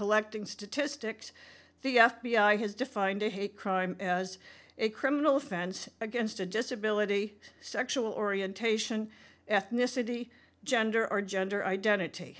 collecting statistics the f b i has defined a hate crime as a criminal offense against a disability sexual orientation ethnicity gender or gender identity